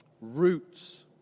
Roots